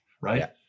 right